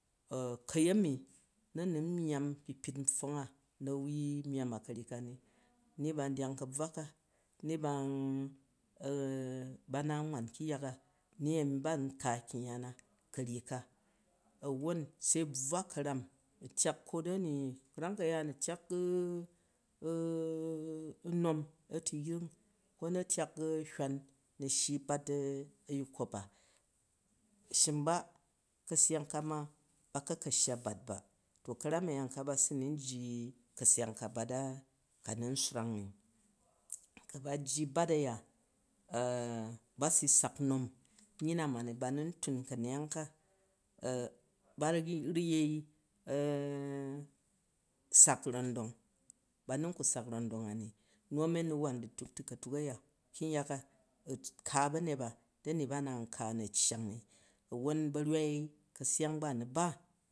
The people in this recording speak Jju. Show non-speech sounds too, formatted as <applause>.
Ka̱yemi na nu n myamm kpikpit npfwong a na̱ wui nyamm a ka̱ryi kani ni ba ndyang ka̱bvwa ka, ni <hesitation> ba nan wan kyungyak a, ni a̱mi ba nka kyungyak a̱ ka̱ryi ka, a̱won se a̱ buruk ka̱ram, a̱ tyak ko da̱ni, ka̱ram ka̱yaan a̱ nu tyak <hesitation> nnom a̱tuyring ko na̱ tyak hywan na̱ shyi u̱ bat a̱yikopa shim ba ka̱seyang ka ma ba kan ka shya bat ba ka̱ram a̱ya ka ba si nu nji ka̱seyang ka bat a ka nu nswrang ni. Ku bajji bat a̱ya <hesitation> ba si sak nom nyi na ma ba nu̱ n tun ka̱neyang ka baru yei <hesitation> sak ron dong, ba nun ku sak ron dong a ni, nu a̱mi a̱ nu̱ wan du̱tuk ti ka̱tuk a̱ya, kyungyak a, a̱ ka ba̱nyet ba dani ba na nka na cyang ni, a̱won ba̱rywai kaseyang ba̱nibo